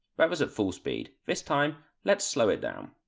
that was at full speed. this time, let's slow it down.